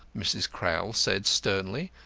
mrs. crowl said sternly.